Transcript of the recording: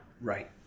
Right